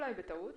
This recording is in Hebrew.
אולי בטעות.